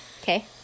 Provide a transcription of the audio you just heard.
Okay